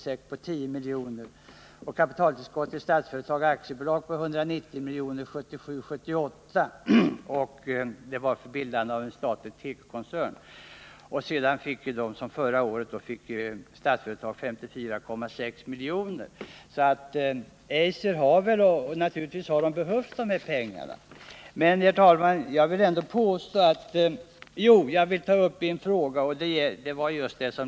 Dessutom utgick 1977/78 ett kapitaltillskott till Statsföretag AB på 190 miljoner för bildandet av en statlig tekokoncern, och Statsföretag fick förra året 54,6 miljoner. Naturligtvis har man inom tekoindustrin behövt de här pengarna, men jag tycker inte man kan tala om njugghet.